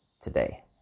today